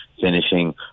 finishing